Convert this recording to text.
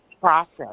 process